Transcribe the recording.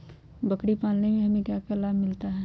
बकरी पालने से हमें क्या लाभ मिलता है?